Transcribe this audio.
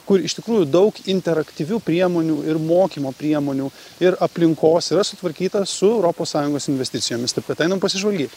kur iš tikrųjų daug interaktyvių priemonių ir mokymo priemonių ir aplinkos yra sutvarkytas su europos sąjungos investicijomis taip kad einame pasižvalgyt